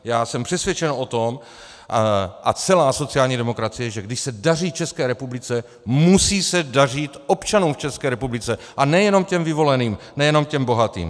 Já jsem přesvědčen o tom, a celá sociální demokracie, že když se daří České republice, musí se dařit občanům v České republice, a ne jenom těm vyvoleným, ne jenom těm bohatým.